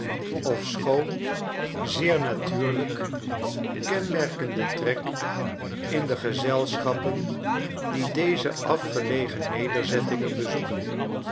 ofschoon zeer natuurlijke kenmerkende trek in de gezelschappen die deze afgelegen nederzettingen bezoeken